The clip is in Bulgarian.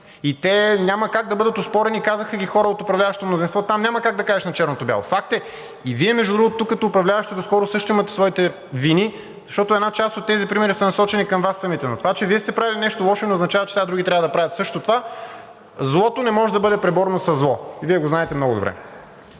и те няма как да бъдат оспорени, казаха ги хора от управляващото мнозинство. Там няма как да кажеш на черното – бяло, факт е. И Вие, между другото, тук като управляващи доскоро също имате своите вини, защото една част от тези примери са насочени към Вас самите. Но това, че Вие сте правили нещо лошо, не означава, че сега други трябва да правят същото това. Злото не може да бъде преборено със зло и Вие го знаете много добре.